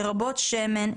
לרבות שמן,